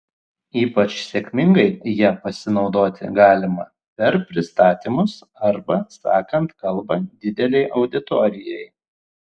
ypač sėkmingai ja pasinaudoti galima per pristatymus arba sakant kalbą didelei auditorijai